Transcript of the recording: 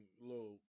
little